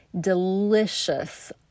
delicious